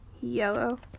Yellow